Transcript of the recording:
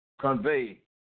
convey